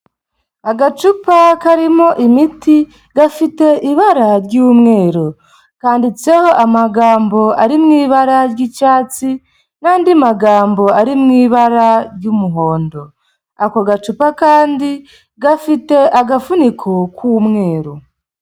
Agacupa karimo imiti, gafite ibara ry'umweru. Kanditseho amagambo ari mu ibara ry'icyatsi n'andi magambo ari mu ibara ry'umuhondo. Ako gacupa kandi, gafite agafuniko k'umweru.